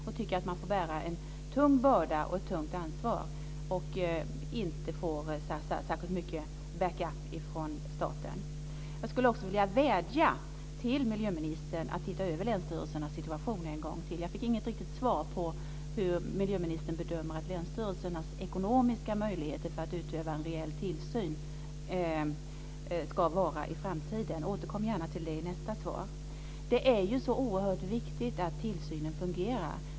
De tycker att de får bära en tung börda och ett tungt ansvar och inte får särskilt mycket backup från staten. Jag skulle också vilja vädja till miljöministern att titta över länsstyrelsernas situation en gång till. Jag fick inget riktigt svar på hur miljöministern bedömer att länsstyrelsernas ekonomiska möjligheter att utöva en rejäl tillsyn ska vara i framtiden. Återkom gärna till det i nästa svar! Det är ju så oerhört viktigt att tillsynen fungerar.